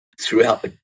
throughout